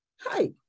Hi